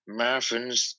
marathons